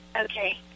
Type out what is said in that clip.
Okay